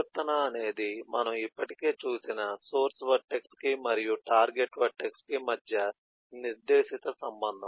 పరివర్తన అనేది మనం ఇప్పటికే చూసిన సోర్స్ వర్టెక్స్ కి మరియు టార్గెట్ వర్టెక్స్ కి మధ్య నిర్దేశిత సంబంధం